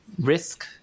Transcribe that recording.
risk